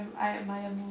I'm admire